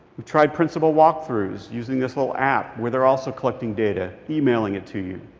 we tried principal walk-throughs using this little app where they're also collecting data emailing it to you.